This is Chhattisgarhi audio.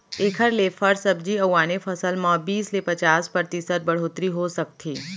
एखर ले फर, सब्जी अउ आने फसल म बीस ले पचास परतिसत बड़होत्तरी हो सकथे